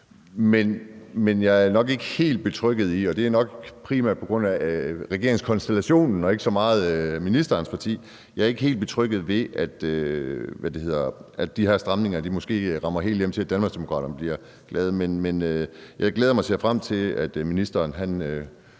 Men jeg er nok ikke helt betrygget ved, og det er nok primært på grund af regeringskonstellationen og ikke så meget ministerens parti, at de her stramninger måske rammer det helt, så Danmarksdemokraterne bliver glade. Men jeg glæder mig og ser frem til, at ministeren